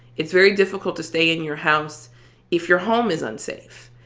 it's very difficult to stay in your house if your home is unsafe,